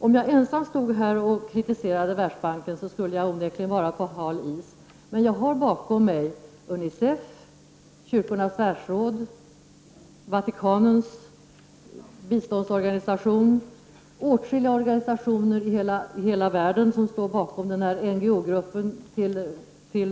Om jag vore ensam om att kritisera Världsbanken, skulle jag onekligen vara ute på hal is, men jag har bakom mig UNICEF, Kyrkornas världsråd, Vatikanens biståndsorganisation och åtskilliga organisationer i hela världen som står bakom NGO-gruppen.